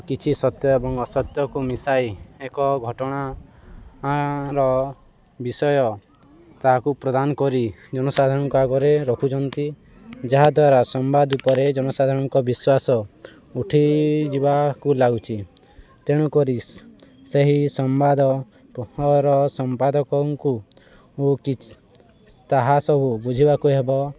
କିଛି ସତ୍ୟ ଏବଂ ଅସତ୍ୟକୁ ମିଶାଇ ଏକ ଘଟଣା ର ବିଷୟ ତାହାକୁ ପ୍ରଦାନ କରି ଜନସାଧାରଣଙ୍କ ଆଗରେ ରଖୁଛନ୍ତି ଯାହାଦ୍ୱାରା ସମ୍ବାଦ ଉପରେ ଜନସାଧାରଣଙ୍କ ବିଶ୍ୱାସ ଉଠିଯିବାକୁ ଲାଗୁଛି ତେଣୁକରି ସେହି ସମ୍ବାଦର ସମ୍ପାଦକଙ୍କୁ ଓ କିଛି ତାହା ସବୁ ବୁଝିବାକୁ ହେବ